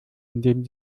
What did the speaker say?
indem